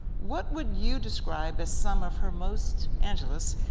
what would you describe as some of her most, angela's,